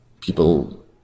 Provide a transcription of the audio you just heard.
People